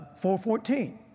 414